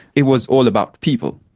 it was all about people.